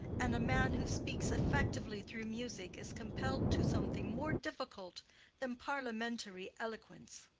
and a man who speaks effectively through music is compelled to something more difficult than parliamentary eloquence.